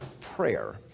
prayer